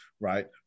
right